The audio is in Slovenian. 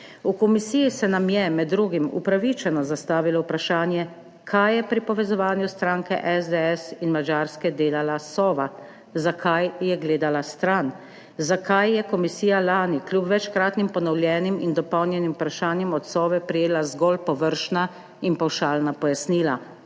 V komisiji se nam je med drugim upravičeno zastavilo vprašanje, kaj je pri povezovanju stranke SDS in Madžarske delala Sova. Zakaj je gledala stran? Zakaj je komisija lani kljub večkratnim ponovljenim in dopolnjenim vprašanjem od Sove prejela zgolj površna in pavšalna pojasnila?